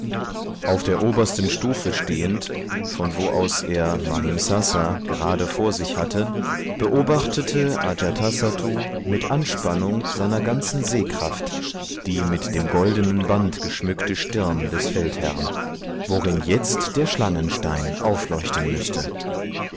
auf der obersten stuft stehend von wo aus er mahimsasa gerade vor sich hatte beobachtete ajatasattu mit anspannung seiner ganzen sehkraft die mit dem goldenen band geschmückte stirn des feldherrn worin jetzt der schlangenstein aufleuchten müßte